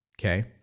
Okay